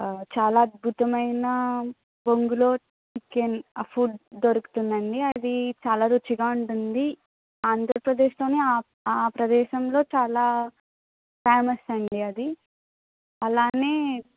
చాలా అద్భుతమైన బొంగులో చికెన్ ఆ ఫుడ్ దొరుకుతుందండి అది చాలా రుచిగా ఉంటుంది ఆంధ్రప్రదేశ్లోని ఆ ఆ ప్రదేశంలో చాలా ఫేమస్ అండి అది అలానే